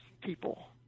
people